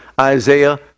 Isaiah